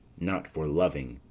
not for loving,